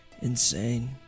insane